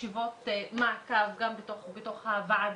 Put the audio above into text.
ישיבות מעקב גם בתוך הוועדה,